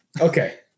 Okay